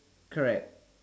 correct